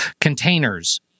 containers